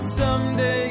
someday